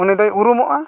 ᱩᱱᱤᱫᱚᱭ ᱩᱨᱩᱢᱚᱜᱼᱟ